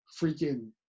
freaking